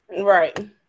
Right